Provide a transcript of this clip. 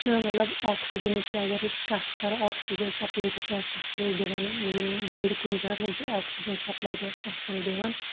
چھُ مطلب آکسیجَنٕچ تہِ اگر أسۍ کَتھ کَرو آکسیجَن سَپلاے تہِ چھِ اَسہِ اَصٕل دِوان یِم بٔڑۍ کُلۍ چھِ آسان تِم چھِ آکسیجَن سَپلاے تہِ اَسہِ اَصٕل دِوان